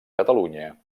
catalunya